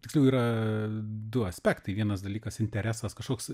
tiksliau yra du aspektai vienas dalykas interesas kažkoks